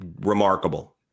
remarkable